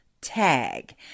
tag